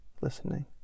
listening